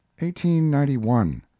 1891